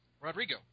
Rodrigo